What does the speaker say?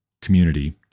community